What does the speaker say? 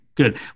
Good